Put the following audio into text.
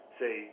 say